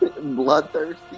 Bloodthirsty